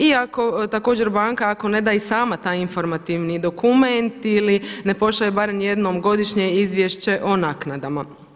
Iako također banka ako ne da i sama taj informativni dokument ili ne pošalje barem jednom godišnje izvješće o naknadama.